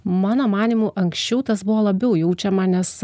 mano manymu anksčiau tas buvo labiau jaučiama nes